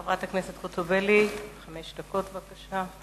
חברת הכנסת ציפי חוטובלי, חמש דקות בקשה.